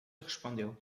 respondeu